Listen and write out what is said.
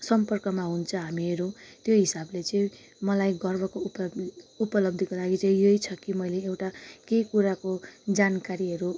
सम्पर्कमा हुन्छ हामीहरू त्यो हिसाबले चाहिँ मलाई गर्वको उप् उपलब्धिको लागि चाहिँ यही छ कि मैले एउटा केही कुराको जानकारीहरू